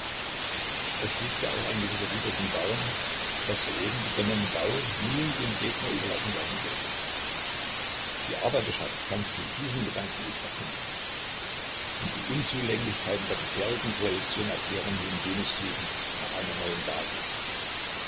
es liegt ja auch ein gewisser widersinn darin daß der eben begonnene bau nun dem gegner überlassen werden soll die arbeiterschaft kann sich mit diesem gedanken nicht abfinden und die unzulänglichkeiten der bisherigen koalition erklären nun jenes suchen nach einer neuen basis